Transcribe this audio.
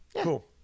cool